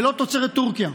ולא מתוצרת טורקיה.